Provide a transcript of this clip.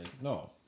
no